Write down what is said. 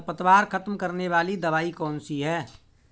खरपतवार खत्म करने वाली दवाई कौन सी है?